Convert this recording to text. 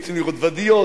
יוצאים לראות ואדיות,